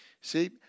See